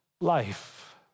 life